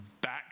back